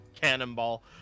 cannonball